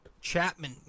Chapman